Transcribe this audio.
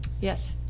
Yes